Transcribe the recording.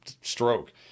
stroke